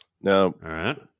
Now